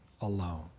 alone